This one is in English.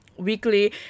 weekly